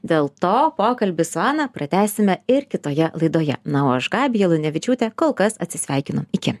dėl to pokalbį su ana pratęsime ir kitoje laidoje na o aš gabija lunevičiūtė kol kas atsisveikinu iki